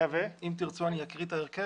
אם תרצו, אני אקריא את ההרכב.